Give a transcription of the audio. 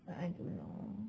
I don't know